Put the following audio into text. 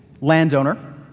landowner